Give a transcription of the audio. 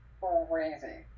crazy